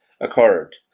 occurred